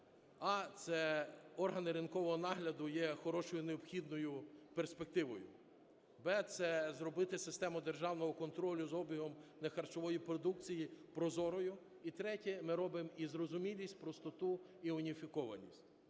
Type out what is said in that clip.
а) це органи ринкового нагляду є хорошою необхідною перспективою; б) це зробити систему державного контролю з обігом нехарчової продукції прозорою. І третє – ми робимо і зрозумілість, простоту і уніфікованість.